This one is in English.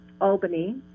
Albany